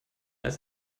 als